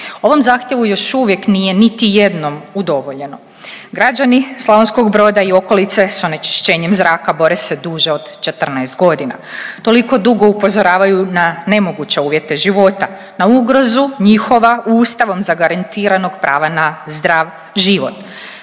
Ovom zahtjevu još uvijek nije niti jednom udovoljeno. Građani Slavonskog Broda i okolice s onečišćenjem zraka bore se duže od 14 godina. Toliko dugo upozoravaju na nemoguće uvjete života, na ugrozu njihova ustavom zagarantiranog prava na zdrav život.